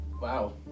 Wow